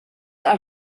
are